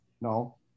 no